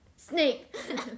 Snake